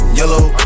yellow